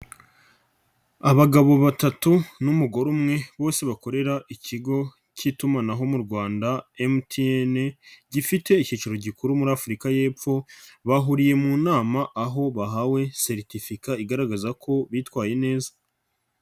Abagabo batatu n'umugore umwe bose bakorera ikigo k'itumanaho mu Rwanda MTN gifite ikicaro gikuru muri Afurika y'epfo, bahuriye mu nama aho bahawe seritifika igaragaza ko bitwaye neza.